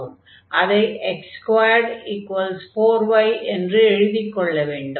அதை x24 y என்று எழுதிக் கொள்ள வேண்டும்